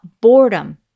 boredom